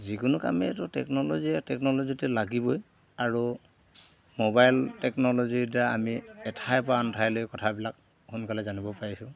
যিকোনো কামেইটো টেকন'লজি টেকন'ল'জিটো লাগিবই আৰু মোবাইল টেকন'লজিৰ দ্বাৰা আমি এঠাইৰ পৰা আন ঠাইলৈ কথাবিলাক সোনকালে জানিব পাৰিছোঁ